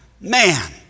Man